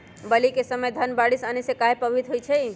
बली क समय धन बारिस आने से कहे पभवित होई छई?